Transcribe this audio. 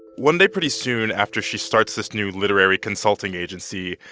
one day, pretty soon after she starts this new literary consulting agency,